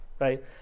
Right